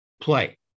play